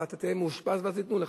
אתה תהיה מאושפז ואז ייתנו לך.